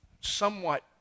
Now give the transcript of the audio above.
somewhat